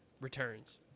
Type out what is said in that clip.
returns